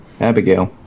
Abigail